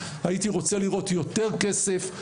הייתי רוצה לראות יותר כסף,